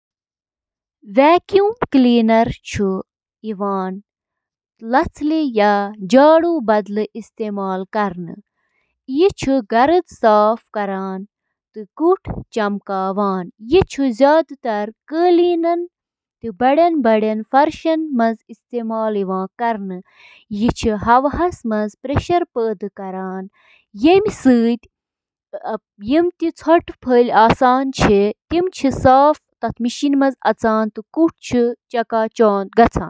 اکھ vacuum cleaner, یتھ صرف ویکیوم تہٕ ونان چِھ، چُھ اکھ یُتھ آلہ یُس قالینن تہٕ سخت فرشو پیٹھ گندگی تہٕ باقی ملبہٕ ہٹاونہٕ خاطرٕ سکشن تہٕ اکثر تحریک ہنٛد استعمال چُھ کران۔ ویکیوم کلینر، یِم گَرَن سۭتۍ سۭتۍ تجٲرتی ترتیبن منٛز تہِ استعمال چھِ یِوان کرنہٕ۔